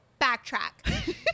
backtrack